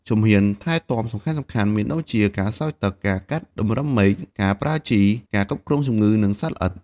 ជំហានថែទាំសំខាន់ៗមានដូចជា ការស្រោចទឹក ការកាត់តម្រឹមមែក ការប្រើជី ការគ្រប់គ្រងជំងឺ និងសត្វល្អិត។